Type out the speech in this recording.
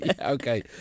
Okay